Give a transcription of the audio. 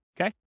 Okay